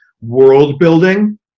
world-building